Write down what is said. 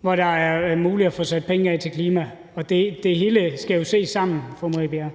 hvor det er muligt at få sat penge af til klima, og det hele skal jo ses sammen, fru Marie Bjerre.